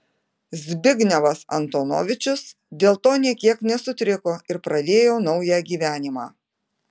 zbignevas antonovičius dėl to nė kiek nesutriko ir pradėjo naują gyvenimą